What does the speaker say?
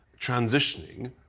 transitioning